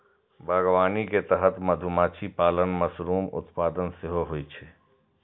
बागवानी के तहत मधुमाछी पालन, मशरूम उत्पादन सेहो होइ छै